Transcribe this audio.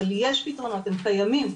אבל יש פתרונות הם קיימים.